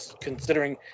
Considering